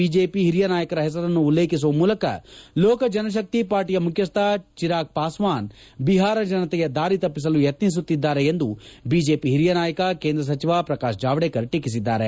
BJP ಹಿರಿಯ ನಾಯಕರ ಹೆಸರನ್ನು ಉಲ್ಲೇಖಿಸುವ ಮೂಲಕ ಲೋಕ ಜನಶಕ್ತಿ ಪಾರ್ಟಿಯ ಮುಖ್ಯಸ್ವ ಚಿರಾಗ್ ಪಾಸ್ವಾನ್ ಬಿಹಾರ ಜನಶೆಯ ದಾರಿ ತಪ್ಪಿಸಲು ಯತ್ನಿಸುತ್ತಿದ್ದಾರೆ ಎಂದು ಬಿಜೆಪಿ ಹಿರಿಯ ನಾಯಕ ಕೇಂದ್ರ ಸಚಿವ ಪ್ರಕಾಶ್ ಜಾವ್ಡೇಕರ್ ಟೀಕಿಸಿದ್ದಾರೆ